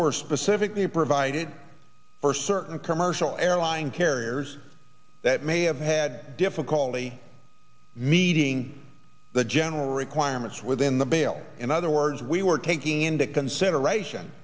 were specifically provided for certain commercial airline carriers that may have had difficulty meeting the general requirements within the bill in other words we were taking into consideration